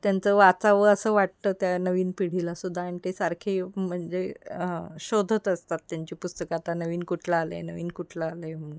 त्यांचं वाचावं असं वाटतं त्या नवीन पिढीलासुद्धा आणि ते सारखे म्हणजे शोधत असतात त्यांची पुस्तक आता नवीन कुठलं आलं आहे नवीन कुठलं आलं आहे म्हणून